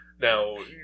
Now